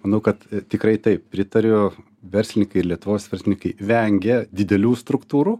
nu kad tikrai taip pritariu verslininkai lietuvos verslininkai vengia didelių struktūrų